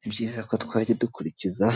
Ni byiza ko twajya dukurikiza